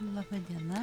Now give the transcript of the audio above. laba diena